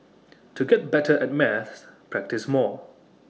to get better at maths practise more